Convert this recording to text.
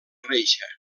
reixa